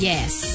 Yes